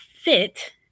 fit